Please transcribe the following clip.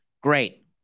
Great